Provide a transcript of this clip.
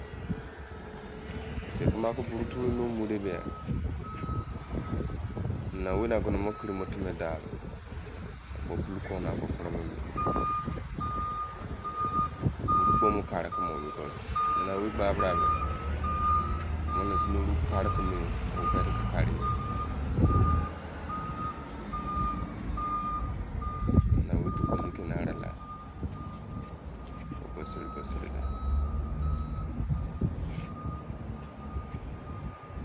Ese kimi aki- buru tu, ese fwmi aki buru-oku-ofomu fe, biu na naowei an-gono more dhiri mor teme-din, puli ko-ne ko pare weremi, oru-kpo ka-re kumor hanaowa gba-bra mene omene zini oru ka-re ko-me onu-bofebo ke kare-ye, nana jokoni he ena-re la buh sari buh sai-h